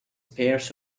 pairs